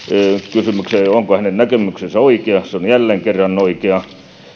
kysymykseen onko hänen näkemyksensä oikea se on jälleen kerran oikea